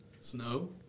snow